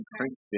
Prince